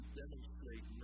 demonstrate